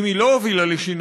ואם היא לא הובילה לשינוי,